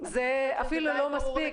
זה אפילו לא מספיק.